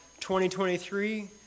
2023